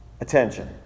attention